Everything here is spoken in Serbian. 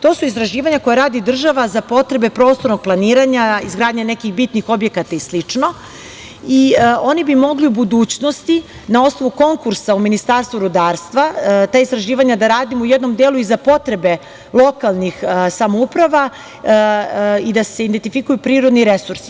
To su istraživanja koje radi država za potrebe prostornog planiranja, izgradnje nekih bitnih objekata i slično i oni bi mogli u budućnosti na osnovu konkursa u Ministarstvu rudarstva ta istraživanja da radimo u jednom delu i za potrebe lokalnih samouprava i da se identifikuju prirodni resursi.